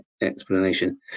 explanation